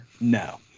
No